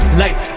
light